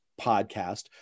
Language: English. podcast